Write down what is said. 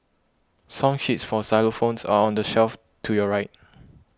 song sheets for xylophones are on the shelf to your right